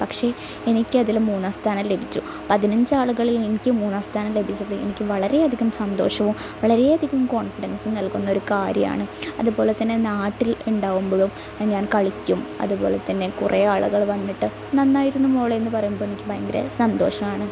പക്ഷെ എനിക്കതില് മൂന്നാം സ്ഥാനം ലഭിച്ചു പതിനഞ്ചാളുകളില് എനിക്ക് മൂന്നാം സ്ഥാനം ലഭിച്ചത് എനിക്ക് വളരെ അധികം സന്തോഷവും വളരെ അധികം കോൺഫിഡൻസും നൽകുന്ന ഒരു കാര്യമാണ് അതുപോലെതന്നെ നാട്ടിൽ ഉണ്ടാവുമ്പോഴും ഞാൻ കളിക്കും അതുപോലെതന്നെ കുറേ ആളുകള് വന്നിട്ട് നന്നായിരുന്നു മോളെ എന്ന് പറയുമ്പോള് എനിക്ക് ഭയങ്കരെ സന്തോഷമാണ്